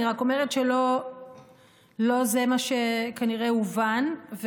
אני רק אומרת שלא זה מה שכנראה הובן.